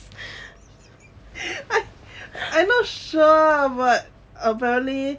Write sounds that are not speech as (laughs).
(laughs) I'm not sure but apparently